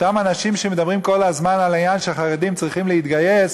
אותם אנשים שמדברים כל הזמן על העניין שחרדים צריכים להתגייס,